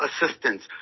assistance